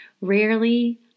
Rarely